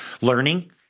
learning